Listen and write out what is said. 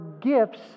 gifts